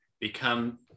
become